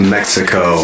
Mexico